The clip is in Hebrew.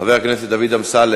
חבר הכנסת דוד אמסלם.